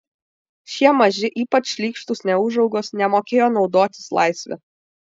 šie maži ypač šlykštūs neūžaugos nemokėjo naudotis laisve